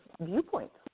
viewpoints